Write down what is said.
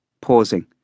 pausing